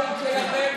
התיאבון שלכם